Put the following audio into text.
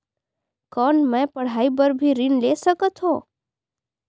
कौन मै पढ़ाई बर भी ऋण ले सकत हो?